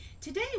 Today